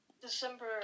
December